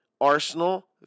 Arsenal